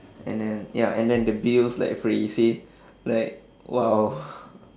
and then ya and then the bills like free you see like !wow!